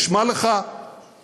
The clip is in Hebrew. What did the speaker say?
נשמע לך חמור?